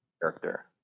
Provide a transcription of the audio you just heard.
character